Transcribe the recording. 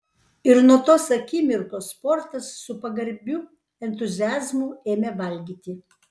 ir nuo tos akimirkos portas su pagarbiu entuziazmu ėmė valgyti